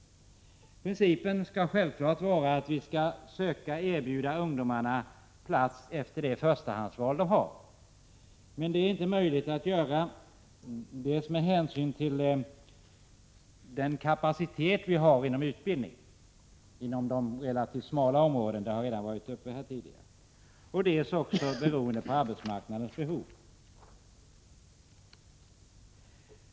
Principen skall självfallet vara att vi skall försöka erbjuda ungdomarna plats i enlighet med deras förstahandsval. Men det är inte möjligt att göra detta, dels med hänsyn till den kapacitet vi har inom utbildningen, inom de relativt smala områdena, vilket tidigare har tagits upp här, dels beroende på arbetsmarknadens behov.